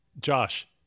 Josh